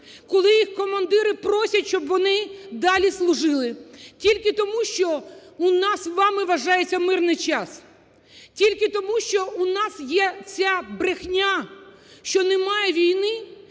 коли їх командири просять, щоб вони далі служили. Тільки тому, що у нас з вами вважається мирний час, тільки тому, що у нас є ця брехня, що немає війни,